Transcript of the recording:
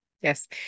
yes